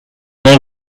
not